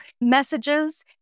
messages